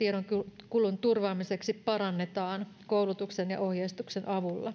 tiedonkulun turvaamiseksi parannetaan koulutuksen ja ohjeistuksen avulla